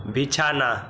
বিছানা